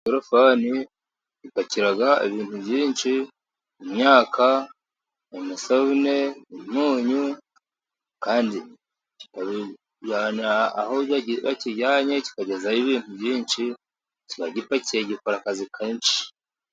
Ingorofani ipakira ibintu byinshi imyaka amasabune umunyu kandi ikabijyana aho babijyanye ikagezayo ibintu byinshi iba ipakiye ikora akazi kenshi.